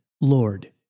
Lord